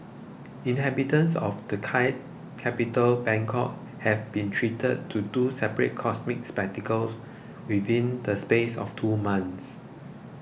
inhabitants of the Thai capital Bangkok have been treated to two separate cosmic spectacles within the space of two months